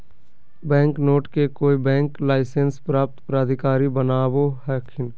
bank note के कोय bank licence प्राप्त प्राधिकारी बनावो हखिन